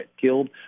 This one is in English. killed